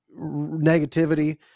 negativity